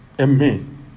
Amen